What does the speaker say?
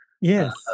yes